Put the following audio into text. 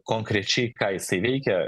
konkrečiai ką jisai veikia